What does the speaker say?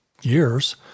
years—